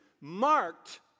marked